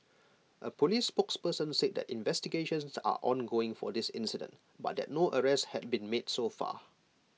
A Police spokesman said that investigations are ongoing for this incident but that no arrests had been made so far